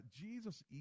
Jesus